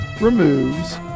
removes